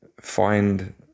find